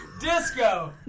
Disco